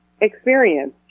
experience